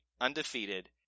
undefeated